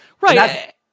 right